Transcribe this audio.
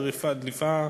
דליפה רב-מוקדית,